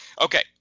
Okay